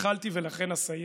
התחלתי ולכן אסיים.